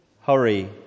Hurry